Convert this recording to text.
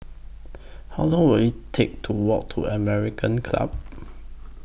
How Long Will IT Take to Walk to American Club